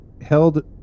held